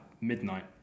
midnight